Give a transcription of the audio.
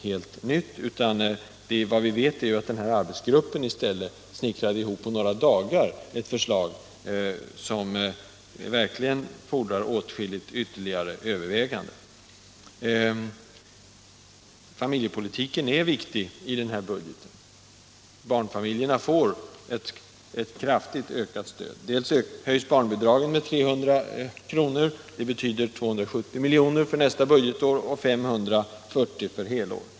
Det var Göte Fridhs arbetsgrupp som i våras på några dagar snickrade ihop ett förslag, som verkligen fordrar åtskillig ytterligare tankemöda. Familjepolitiken är viktig i denna budget. Barnfamiljerna får ett kraftigt ökat stöd. Barnbidragen höjs med 300 kr., vilket betyder 270 miljoner för nästa budgetår och 540 miljoner för helår.